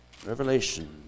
Revelation